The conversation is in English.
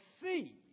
see